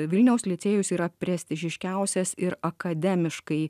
vilniaus licėjus yra prestižiškiausias ir akademiškai